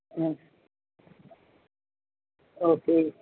હ ઓકે